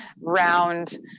round